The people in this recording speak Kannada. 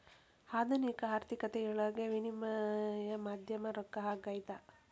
ಆಧುನಿಕ ಆರ್ಥಿಕತೆಯೊಳಗ ವಿನಿಮಯ ಮಾಧ್ಯಮ ರೊಕ್ಕ ಆಗ್ಯಾದ